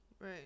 Right